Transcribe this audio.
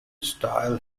style